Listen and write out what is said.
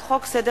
שעה),